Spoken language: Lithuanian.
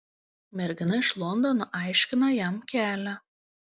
mergina iš londono aiškina jam kelią